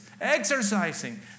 exercising